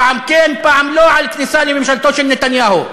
פעם כן, פעם לא, על כניסה לממשלתו של נתניהו.